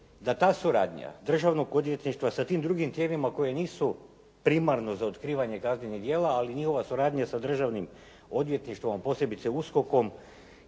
da ta suradnja državnih odvjetništva sa tim drugim tijelima koje nisu primarno za otkrivanje kaznenih djela, ali njihova suradnja sa Državnim odvjetništvom, a posebice USKOK-om